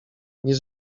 nie